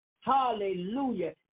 hallelujah